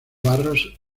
barros